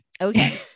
Okay